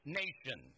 nation